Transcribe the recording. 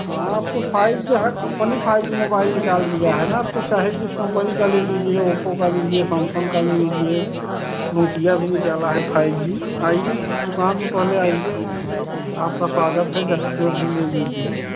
हाँ तो five G हर कंपनी फाइव जी मोबाइल निकाल दिया है ना अब तो चाहे जिस कंपनी का ले लीजिए ओप्पो का लीजिए सैमसंग का ले लीजिए नोकिया भी निकाला है फाइव जी आइए दुकान पर पहले आइए आपका स्वागत है चाहे जो भी ले लीजिए